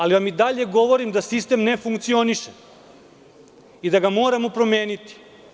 Ali, ja i dalje govorim da sistem ne funkcioniše i da ga moramo promeniti.